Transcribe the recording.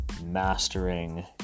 mastering